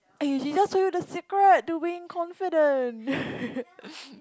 eh she just show you the secret to win confident